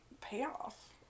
payoff